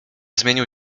zmienił